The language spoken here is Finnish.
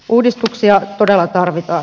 uudistuksia todella tarvitaan